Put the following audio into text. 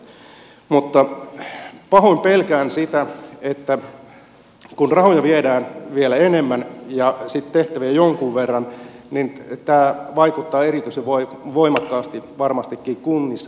mutta pahoin pelkään sitä että kun rahoja viedään vielä enemmän ja sitten tehtäviä jonkun verran niin varmastikin tämä vaikuttaa erityisen voimakkaasti kunnissa tuotettaviin palveluihin